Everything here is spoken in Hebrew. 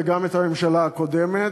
וגם את הממשלה הקודמת,